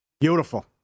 Beautiful